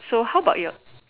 so how about your